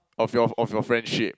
of your of your friendship